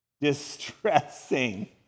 Distressing